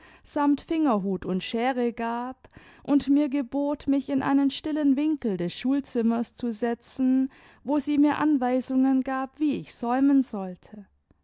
samt fingerhut und schere gab und mir gebot mich in einen stillen winkel des schulzimmers zu setzen wo sie mir anweisungen gab wie ich säumen sollte